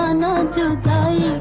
ah no one to